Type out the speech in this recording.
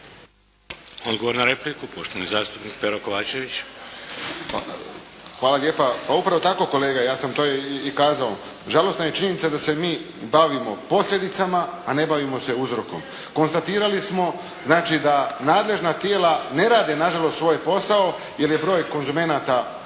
Odgovor na repliku poštovani zastupnik Pero Kovačević. **Kovačević, Pero (HSP)** Hvala lijepa. Pa upravo tako kolega, ja sam to i kazao. Žalosna je činjenica da se mi bavimo posljedicama a ne bavimo se uzrokom. Konstatirali smo znači da nadležna tijela ne rade nažalost svoj posao jer je broj konzumenata